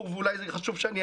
אורית סטרוק רצתה לשאול שאלה,